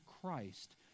Christ